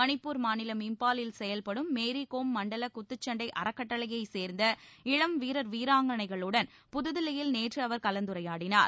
மணிப்பூர் மாநிலம் இம்பாலில் செயல்படும் மேரிகோம் மண்டல குத்துச்சண்டை அறக்கட்டளையைச் சேர்ந்த இளம் வீரர் வீராங்கனைகளுடன் புதுதில்லியில் நேற்று அவர் கலந்துரையாடினார்